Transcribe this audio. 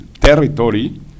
territory